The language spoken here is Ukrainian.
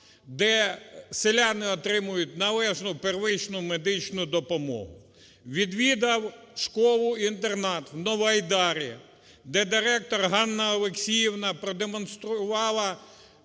де селяни отримують належну первинну медичну допомогу. Відвідав школу-інтернат у Новоайдарі, де директор Ганна Олексіївна продемонструвала